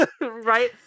right